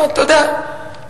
אתה יודע,